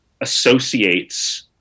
associates